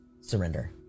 surrender